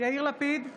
יאיר לפיד,